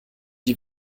die